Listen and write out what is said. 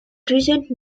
present